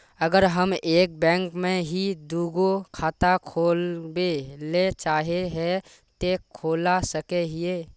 अगर हम एक बैंक में ही दुगो खाता खोलबे ले चाहे है ते खोला सके हिये?